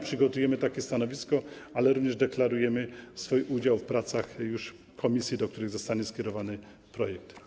Przygotujemy takie stanowisko, ale również deklarujemy swój udział w pracach komisji, do których zostanie skierowany projekt.